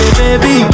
baby